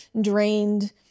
drained